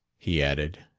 he added,